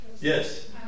Yes